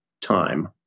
time